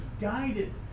guided